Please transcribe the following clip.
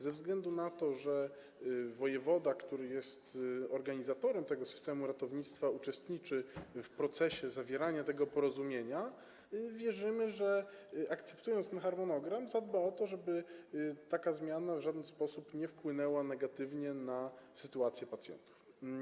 Ze względu na to, że wojewoda, który jest organizatorem tego systemu ratownictwa, uczestniczy w procesie zawierania tego porozumienia, wierzymy, że akceptując ten harmonogram, zadba o to, żeby taka zmiana w żaden sposób nie wpłynęła negatywnie na sytuację pacjentów.